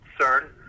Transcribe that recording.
CERN